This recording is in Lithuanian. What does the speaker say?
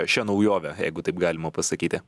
šia naujove jeigu taip galima pasakyti